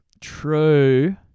true